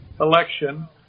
election